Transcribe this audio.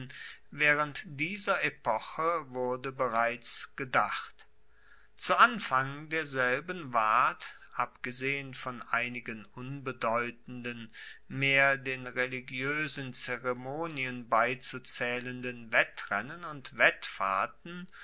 waehrend dieser epoche wurde bereits gedacht zu anfang derselben ward abgesehen von einigen unbedeutenden mehr den religioesen zeremonien beizuzaehlenden wettrennen und wettfahrten